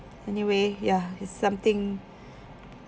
anyway ya it's something